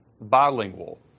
bilingual